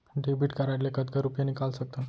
Debit card ले कतका रुपिया निकाल सकथन?